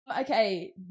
Okay